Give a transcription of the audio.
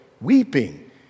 weeping